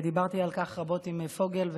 ודיברתי על כך רבות עם פוגל.